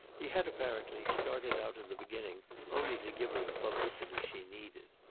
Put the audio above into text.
he had, apparently, started out in the beginning only to give her the publicity she needed.